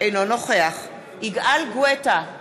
אינו נוכח יגאל גואטה,